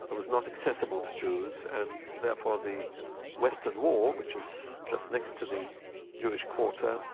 but was not accessible to jews and therefore the western wall, which is just next to the jewish quarter,